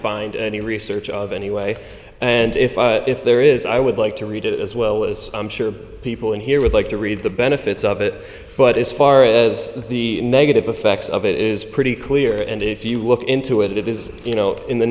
find any research of any way and if if there is i would like to read it as well as i'm sure the people in here would like to read the benefits of it but as far as the negative effects of it is pretty clear and if you look into it it is you know up in the